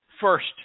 first